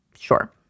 Sure